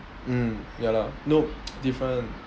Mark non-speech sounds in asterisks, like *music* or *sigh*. um ya lah no *noise* different